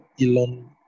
Elon